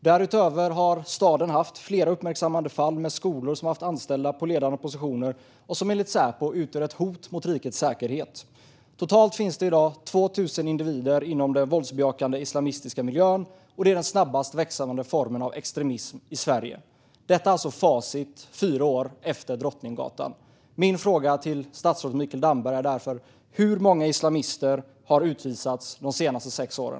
Därutöver har staden haft flera uppmärksammade fall där skolor haft anställda på ledande positioner som enligt Säpo utgör hot mot rikets säkerhet. Totalt finns det i dag 2 000 individer inom den våldsbejakande islamistiska miljön, och det är den snabbast växande formen av extremism i Sverige. Detta är alltså facit fyra år efter dådet på Drottninggatan. Min fråga till statsrådet Mikael Damberg är därför: Hur många islamister har utvisats de senaste sex åren?